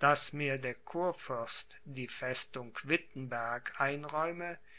daß mir der kurfürst die festung wittenberg einräume